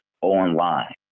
online